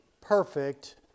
Perfect